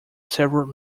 several